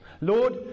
Lord